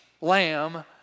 lamb